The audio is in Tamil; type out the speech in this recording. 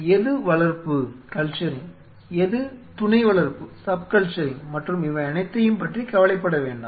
எது வளர்ப்பு எது துணை வளர்ப்பு மற்றும் இவை அனைத்தையும் பற்றி கவலைப்பட வேண்டாம்